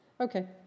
Okay